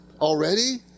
already